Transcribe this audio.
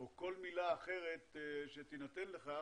או כל מילה אחרת שתינתן לכך,